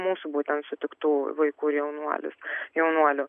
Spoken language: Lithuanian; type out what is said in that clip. mūsų būtent sutiktų vaikų ir jaunuolius jaunuolių